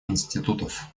институтов